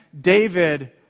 David